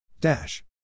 Dash